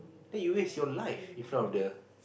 then you waste your life